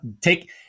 take